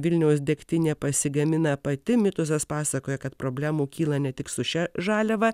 vilniaus degtinė pasigamina pati mituzas pasakoja kad problemų kyla ne tik su šia žaliava